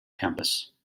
campus